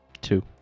Two